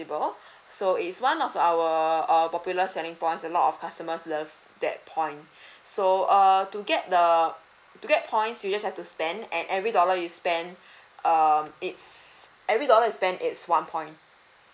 possible so it's one of our err popular selling points a lot of customers love that point so err to get the to get points you just have to spend and every dollar you spend um it's every dollar you spend it's one point